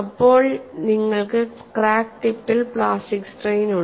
അപ്പോൾ നിങ്ങൾക്ക് ക്രാക്ക് ടിപ്പിൽ പ്ലാസ്റ്റിക് സ്ട്രെയിൻ ഉണ്ട്